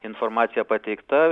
informacija pateikta